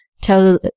tell